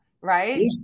right